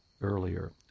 earlier